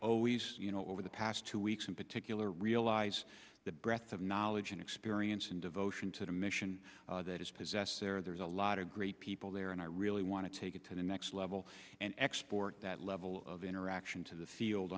always you know over the past two weeks in particular realize the breadth of knowledge and experience and devotion to the mission that is possessed there there's a lot of great people there and i really want to take it to the next level and export that level of interaction to the field